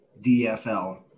DFL